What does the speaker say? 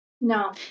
No